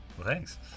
Thanks